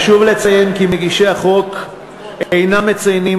חשוב לציין כי מגישי החוק אינם מציינים